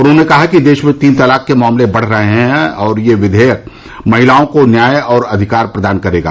उन्होंने कहा कि देश में तीन तलाक के मामले बढ़ रहे है और यह विषेयक महिलाओं को न्याय और अधिकार प्रदान करेगा